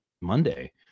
Monday